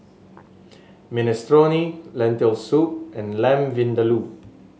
Minestrone Lentil Soup and Lamb Vindaloo